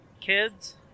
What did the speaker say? kids